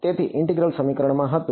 તેથી ઈન્ટિગરલ સમીકરણ હતું